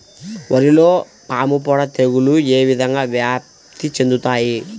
వరిలో పాముపొడ తెగులు ఏ విధంగా వ్యాప్తి చెందుతాయి?